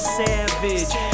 savage